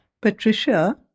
Patricia